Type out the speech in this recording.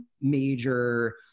major